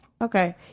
Okay